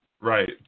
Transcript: Right